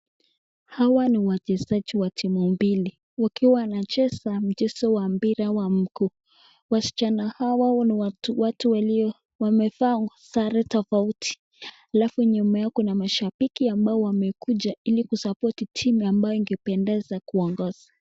Hawa ni wachezaji wa timu mbili wakiwa wanacheza mchezo wa mpira wa mikuu. Wasichana hawa ni watu walio wamevaa sare tofauti. Alafu nyuma yao kuna mashabiki ambao wamekuja ili kusupport timu ambayo ingependeza kuongoza.